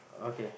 okay